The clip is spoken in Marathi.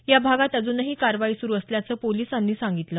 या भागात अजुनही कारवाई सुरु असल्याचं पोलिसांनी सांगितलं